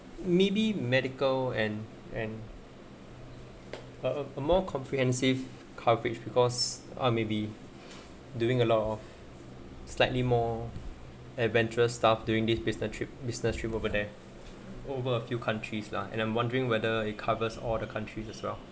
maybe medical and and uh a more comprehensive coverage because uh maybe doing a lot of slightly more adventurous staff during this business trip business trip over there over a few countries lah and I'm wondering whether it covers or the countries as well